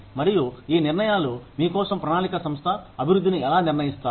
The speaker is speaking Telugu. మరియు ఈ నిర్ణయాలు మీ కోసం ప్రణాళిక సంస్థ అభివృద్ధిని ఎలా నిర్ణయిస్తాయి